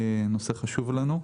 זה נושא שחשוב לנו.